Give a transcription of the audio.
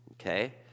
Okay